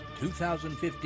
2015